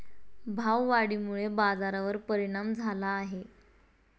भाववाढीमुळे बाजारावर परिणाम झाला आहे